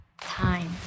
Time